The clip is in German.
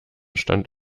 stand